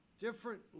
different